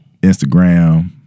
Instagram